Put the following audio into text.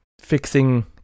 fixing